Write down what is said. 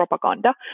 propaganda